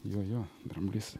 jo jo dramblys